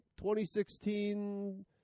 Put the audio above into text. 2016